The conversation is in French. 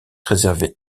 réservée